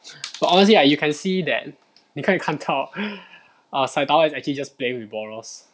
but honestly right you can see that 你可以看到 err saitama is actually just playing with borros